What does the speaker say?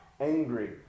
angry